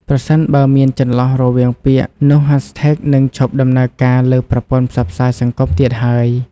ប្រសិនបើមានចន្លោះរវាងពាក្យ នោះ hashtag នឹងឈប់ដំណើរការលើប្រព័ន្ធផ្សព្វផ្សាយសង្គមទៀតហើយ។